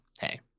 Hey